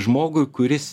žmogui kuris